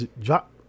drop